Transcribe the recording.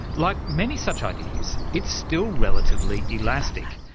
like many such ideas it's still relatively elastic,